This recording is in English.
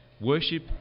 Worship